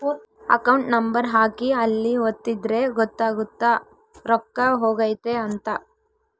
account number ಹಾಕಿ ಅಲ್ಲಿ ಒತ್ತಿದ್ರೆ ಗೊತ್ತಾಗುತ್ತ ರೊಕ್ಕ ಹೊಗೈತ ಅಂತ